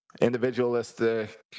individualistic